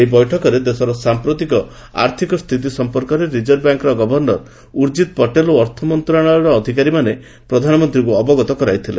ଏହି ବୈଠକରେ ଦେଶର ସାମ୍ପ୍ରତିକ ଆର୍ଥକ ସ୍ଥିତି ସମ୍ପର୍କରେ ରିଜର୍ଭ ବ୍ୟାଙ୍କର ଗଭର୍ଷର ଉର୍ଜିତ ପଟେଲ ଓ ଅର୍ଥମନ୍ତ୍ରଣାଳୟର ଅଧିକାରୀମାନେ ପ୍ରଧାନମନ୍ତ୍ରୀଙ୍କ ଅବଗତ କରାଇଥିଲେ